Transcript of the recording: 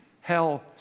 Hell